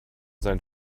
sein